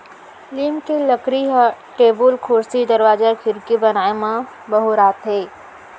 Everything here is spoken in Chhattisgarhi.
लीम के लकड़ी ह टेबुल, कुरसी, दरवाजा, खिड़की बनाए म बउराथे